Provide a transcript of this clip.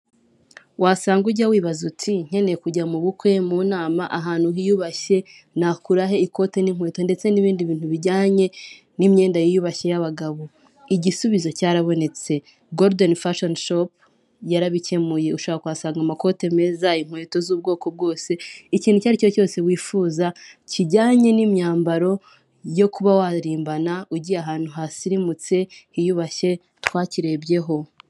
Wasanga ujya wibaza uti nkeneye kujya mu bukwe mu nama ahantu hiyubashye nakura he ikote n'inkweto ndetse n'ibindi bintu bijyanye n'imyenda yiyubashye y'abagabo? Igisubizo cyarabonetse goludeni fashoni shopu yarabikemuye ushobora kuhaasanga amakote meza, inkweto z'ubwoko bwose, ikintu icyo ari cyo cyose wifuza kijyanye n'imyambaro yo kuba waririmbana ugiye ahantu hasirimutse hiyubashye twakirerebyeho.